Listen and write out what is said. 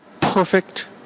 Perfect